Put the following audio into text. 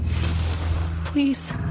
Please